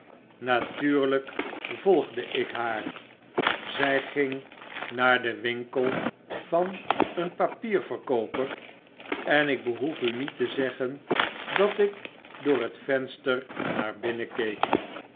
natuurljjk volgde ik haar zg ging naar den winkel van een papierverkooper en ik behoef u niet te zeggen dat ik door het venster naar binnen keek